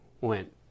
went